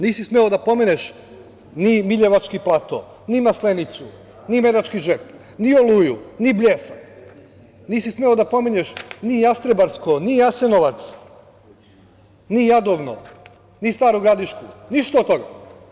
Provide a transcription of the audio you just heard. Nisi smeo da pomeneš ni Miljevački plato, ni Maslenicu, ni Medački džep, ni Oluju, ni Bljesak, nisi smeo da pomeneš ni Jastrebarsko, ni Jasenovac, ni Jadovno, ni Staru Gradišku, ništa od toga.